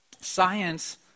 science